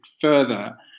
further